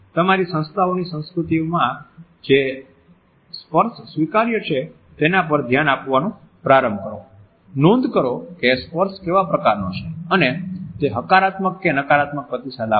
તમારી સંસ્થાઓની સંસ્કૃતિમાં જે સ્પર્શ સ્વીકાર્ય છે તેના પર ધ્યાન આપવાનું પ્રારંભ કરો નોંધ કરો કે સ્પર્શ કેવા પ્રકારના છે અને તે હકારાત્મક કે નકારાત્મક પ્રતિસાદ આપે છે